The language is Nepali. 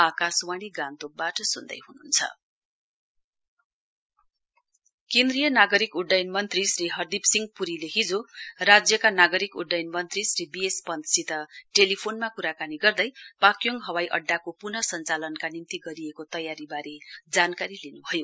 पाक्योङ एरर्पोट केन्द्रीय नागरिक उड्डयन मन्त्री श्री हरदीप सिंह प्रीले हिजो राज्यका नागरिक उड्डयन मन्त्री श्री बी एस पन्तसित टेलीफोनमा क्राकारी गर्दै पाक्योङ हवाईअङ्डको प्न सञ्चालनका निम्ति गरिएको तयारीबारे जानकारी लिन्भयो